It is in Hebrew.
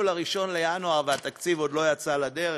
ל-1 בינואר והתקציב עוד לא יצא לדרך?